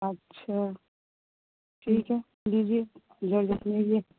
اچھا ٹھیک ہے لیجیے جارجٹ لیجیے